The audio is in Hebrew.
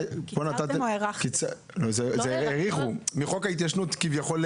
הארכתם מחוק ההתיישנות.